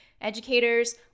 Educators